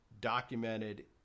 documented